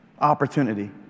opportunity